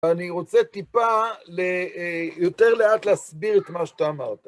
אני רוצה טיפה, יותר לאט, להסביר את מה שאתה אמרת.